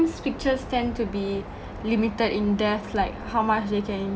pictures tend to be limited in depth like how much they can